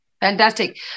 Fantastic